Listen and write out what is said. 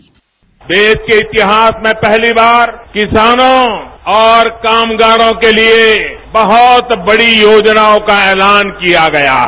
bite देश के इतिहास में पहली बार किसानों और कामगारों के लिए बहुत बड़ी योजनाओं का ऐलान किया गया है